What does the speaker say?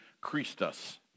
Christus